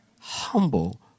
humble